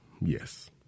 Yes